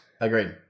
Agreed